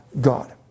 God